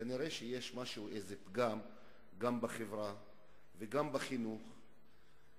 כנראה יש איזה פגם גם בחברה וגם בחינוך,